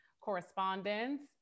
correspondence